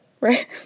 right